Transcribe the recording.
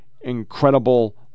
incredible